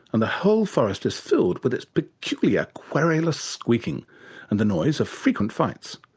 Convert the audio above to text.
and the whole forest is filled with its peculiar querulous squeaking and the noise of frequent fights.